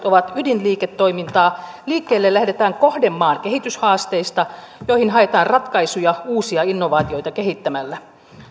ovat ydinliiketoimintaa liikkeelle lähdetään kohdemaan kehityshaasteista joihin haetaan ratkaisuja uusia innovaatioita kehittämällä